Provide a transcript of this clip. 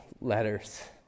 letters